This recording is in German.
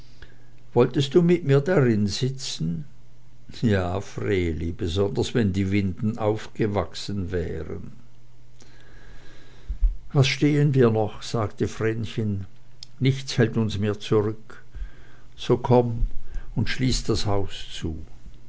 wolltest du mit darinsitzen sali ja vreeli besonders wenn die winden aufgewachsen wären was stehen wir noch sagte vrenchen nichts hält uns mehr zurück so komm und schließ das haus zu